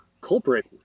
culprit